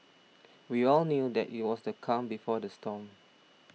we all knew that it was the calm before the storm